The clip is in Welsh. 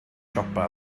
siopa